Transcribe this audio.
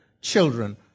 children